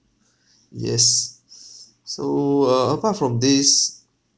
yes so uh apart from this